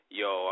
yo